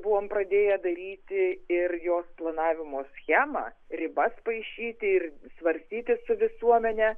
buvome pradėję daryti ir jo planavimo schemą ribas paišyti ir svarstyti su visuomene